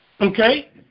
Okay